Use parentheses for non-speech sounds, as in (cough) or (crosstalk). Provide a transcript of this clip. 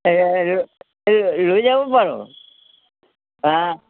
(unintelligible) লৈ যাব পাৰ হা